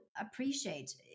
appreciate